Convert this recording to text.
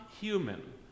human